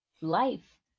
life